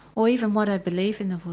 or even what i believe in the